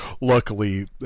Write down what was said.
luckily